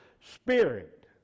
spirit